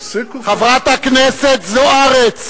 בנינו בירושלים, חברת הכנסת זוארץ.